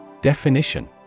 Definition